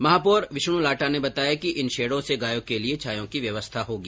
महापौर विष्णु लाटा ने बताया कि इन शेडों से गायों के लिए छाया की व्यवस्था होगी